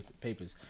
papers